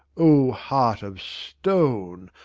o heart of stone,